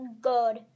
Good